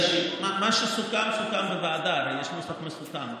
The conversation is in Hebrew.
מה שסוכם, סוכם בוועדה, הרי יש נוסח מסוכם.